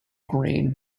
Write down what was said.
green